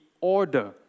order